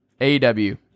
AEW